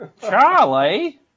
Charlie